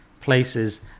places